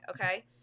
okay